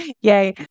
Yay